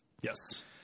Yes